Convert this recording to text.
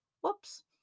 whoops